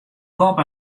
kop